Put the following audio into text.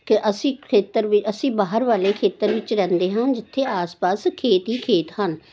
ਤਾਂ ਅਸੀਂ ਖੇਤਰ ਵੀ ਅਸੀਂ ਬਾਹਰ ਵਾਲੇ ਖੇਤਰ ਵਿੱਚ ਰਹਿੰਦੇ ਹਾਂ ਜਿੱਥੇ ਆਸ ਪਾਸ ਖੇਤ ਹੀ ਖੇਤ ਹਨ